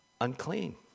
unclean